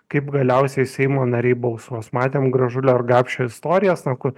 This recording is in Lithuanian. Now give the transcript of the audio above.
kaip galiausiai seimo nariai balsuos matėm gražulio ar gapšio istorijas na kur